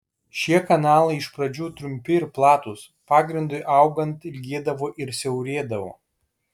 šie kanalai iš pradžių trumpi ir platūs pagrindui augant ilgėdavo ir siaurėdavo